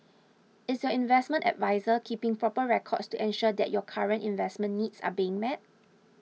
is your investment adviser keeping proper records to ensure that your current investment needs are being met